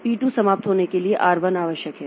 P 2 समाप्त होने के लिए आर 1 आवश्यक है